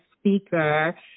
speaker